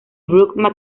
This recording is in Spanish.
brooke